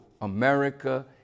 America